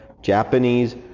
Japanese